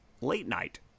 late-night